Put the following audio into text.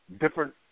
Different